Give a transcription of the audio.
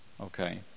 okay